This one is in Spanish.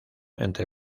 entre